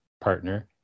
partner